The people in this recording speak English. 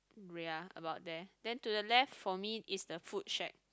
ya about that then to the left for me is the food shack